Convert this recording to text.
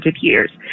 years